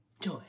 joy